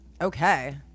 Okay